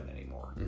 anymore